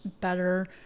better